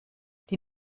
die